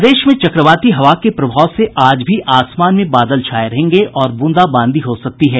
प्रदेश में चक्रवाती हवा के प्रभाव से आज भी आसमान में बादल छाये रहेंगे और ब्रंदाबांदी हो सकती है